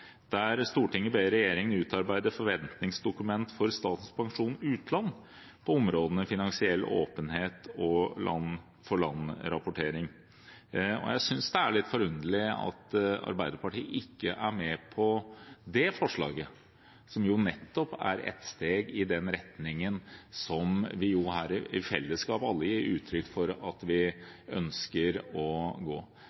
der Stortinget ber regjeringen utarbeide forventingsdokument for Statens pensjonsfond utland på områdene finansiell åpenhet og land-for-land-rapportering, og jeg synes det er litt forunderlig at Arbeiderpartiet ikke er med på det forslaget, som nettopp er et steg i den retningen som vi her i fellesskap alle gir uttrykk for at vi ønsker å gå.